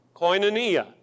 Koinonia